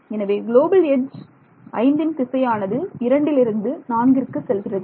எனவே global edge 5ன் திசையானது 2 லிருந்து நான்கிற்கு செல்கிறது